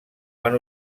van